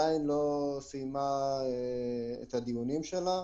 עדיין לא סיימה את הדיונים שלה,